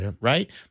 Right